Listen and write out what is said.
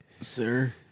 sir